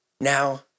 Now